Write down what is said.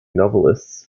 novelists